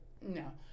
No